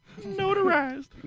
Notarized